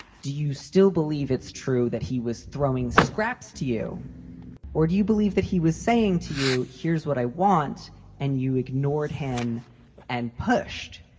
do you still believe it's true that he was throwing scraps to you or do you believe that he was saying to you, here's what i want and you ignored him and pushed?